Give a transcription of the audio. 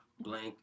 blank